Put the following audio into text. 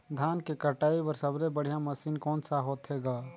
धान के कटाई बर सबले बढ़िया मशीन कोन सा होथे ग?